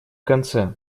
конце